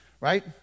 right